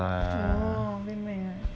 orh big mac ah